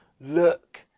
Look